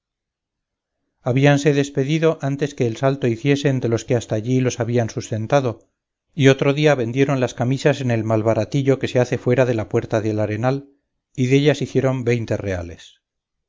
habíanse despedido antes que el salto hiciesen de los que hasta allí los habían sustentado y otro día vendieron las camisas en el malbaratillo que se hace fuera de la puerta del arenal y dellas hicieron veinte reales